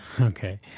Okay